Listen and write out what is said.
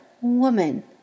Woman